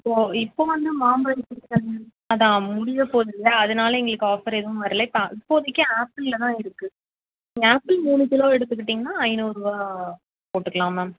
இப்போது இப்போது வந்து மாம்பழ சீசன் அதுதான் முடியப் போகுதுல அதனால் எங்களுக்கு ஆஃபர் எதுவும் வரல இப்போ இப்போதைக்கு ஆப்பிளில்தான் இருக்குது நீங்கள் ஆப்பிள் மூணு கிலோ எடுத்துக்கிட்டிங்கனால் ஐந்நூறுரூவா போட்டுக்கலாம் மேம்